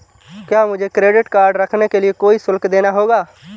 क्या मुझे credit card रखने के लिए कोई शुल्क देना होगा?